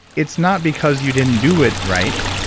it's not because you didn't do it right,